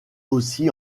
aussi